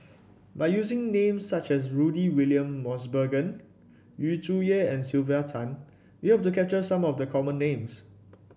by using names such as Rudy William Mosbergen Yu Zhuye and Sylvia Tan we hope to capture some of the common names